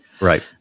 Right